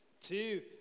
Two